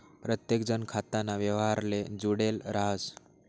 प्रत्येकजण खाताना व्यवहारले जुडेल राहस